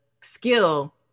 skill